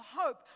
hope